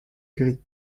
gris